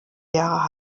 jahre